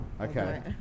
Okay